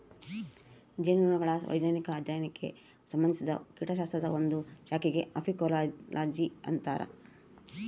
ಜೇನುನೊಣಗಳ ವೈಜ್ಞಾನಿಕ ಅಧ್ಯಯನಕ್ಕೆ ಸಂಭಂದಿಸಿದ ಕೀಟಶಾಸ್ತ್ರದ ಒಂದು ಶಾಖೆಗೆ ಅಫೀಕೋಲಜಿ ಅಂತರ